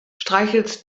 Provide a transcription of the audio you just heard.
streichelst